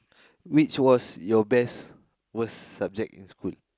which was your best worst subject in school